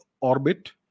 orbit